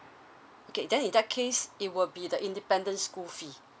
okay then in that case it will be the independent school fee